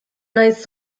naiz